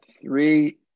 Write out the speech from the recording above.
Three